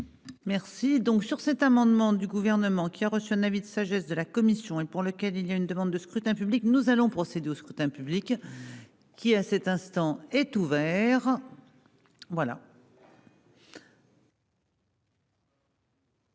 Merci donc sur cet amendement du gouvernement qui a reçu un avis de sagesse de la commission et pour lequel il y a une demande de scrutin public. Nous allons procéder au scrutin public. Qui, à cet instant est ouvert. Voilà.